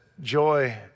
Joy